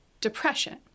depression